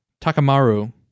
Takamaru